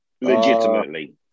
legitimately